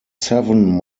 seven